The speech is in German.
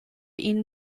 ihnen